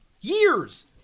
Years